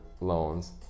loans